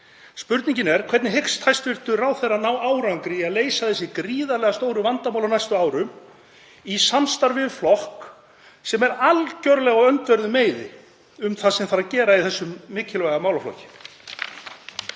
Spurningin er: Hvernig hyggst hæstv. ráðherra ná árangri í að leysa þessi gríðarlega stóru vandamál á næstu árum í samstarfi við flokk sem er algerlega á öndverðum meiði um það sem þarf að gera í þessum mikilvæga málaflokki?